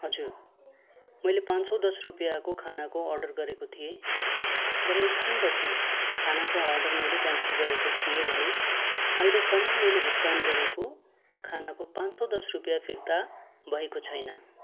हजुर मैले पाँच सौ दस रुपियाँको खानाको अर्डर गरेको थिएँ तर एक क्षण पछि खानाको अर्डर मैले क्यान्सल गरेको थिएँ भने अहिलेसम्म मैले भुक्तान गरेको खानाको पाँच सौ दस रुपियाँ फिर्ता भएको छैन